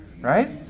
right